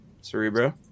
cerebro